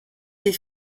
des